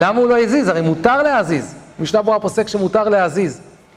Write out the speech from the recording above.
למה הוא לא יזיז? הרי מותר להזיז. משנה ברורה פוסק שמותר להזיז.